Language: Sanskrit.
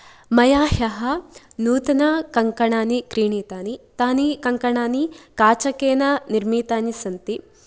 मया ह्यः नूतना कङ्कणानि क्रीणितानि तानि कङ्काणानि काचकेन निर्मितानि सन्ति